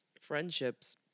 friendships